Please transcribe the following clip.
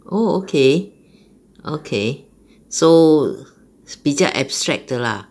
oh okay okay so 比较 abstract 的 lah